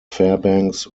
fairbanks